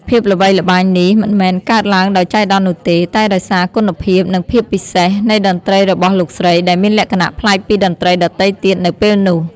ភាពល្បីល្បាញនេះមិនមែនកើតឡើងដោយចៃដន្យនោះទេ តែដោយសារ គុណភាព និងភាពពិសេស នៃតន្ត្រីរបស់លោកស្រី ដែលមានលក្ខណៈប្លែកពីតន្ត្រីដទៃទៀតនៅពេលនោះ។